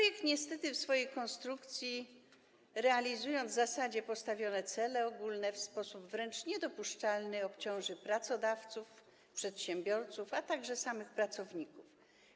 Niestety projekt w swojej konstrukcji, realizując w zasadzie postawione cele ogólne, w sposób wręcz niedopuszczalny obciąży pracodawców, przedsiębiorców, a także samych pracowników.